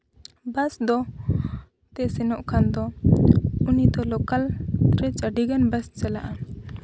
ᱵᱟᱥ ᱫᱚ ᱛᱮ ᱥᱮᱱᱚᱜ ᱠᱷᱟᱱ ᱫᱚ ᱩᱱᱤ ᱫᱚ ᱞᱚᱠᱟᱞ ᱨᱮ ᱟᱹᱰᱤᱜᱟᱱ ᱵᱟᱥ ᱪᱟᱞᱟᱜᱼᱟ